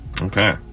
okay